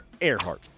Earhart